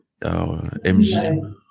MG